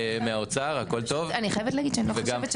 אני בעד חינוך חינם לכולם.